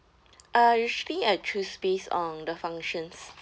ah usually I choose based on the functions